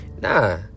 Nah